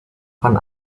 von